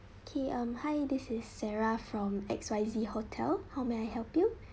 K um hi this is sarah from X Y Z hotel how may I help you